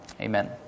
Amen